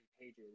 pages